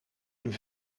een